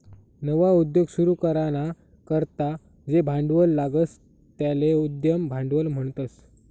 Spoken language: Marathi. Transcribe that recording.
नवा उद्योग सुरू कराना करता जे भांडवल लागस त्याले उद्यम भांडवल म्हणतस